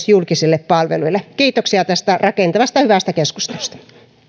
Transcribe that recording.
julkisille palveluille kiitoksia tästä rakentavasta ja hyvästä keskustelusta nyt